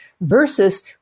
versus